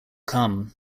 come